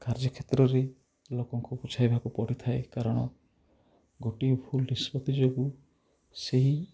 କାର୍ଯ୍ୟ କ୍ଷେତ୍ରରେ ଲୋକଙ୍କୁ ବୁଝାଇବାକୁ ପଡ଼ିଥାଏ କାରଣ ଗୋଟିଏ ଭୁଲ ନିଷ୍ପତ୍ତି ଯୋଗୁଁ ସେହି